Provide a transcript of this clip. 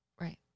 Right